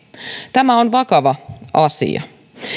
tämä on vakava asia